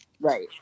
right